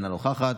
אינה נוכחת,